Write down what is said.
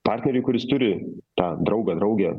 partneriui kuris turi tą draugą draugę